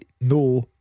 no